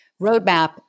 roadmap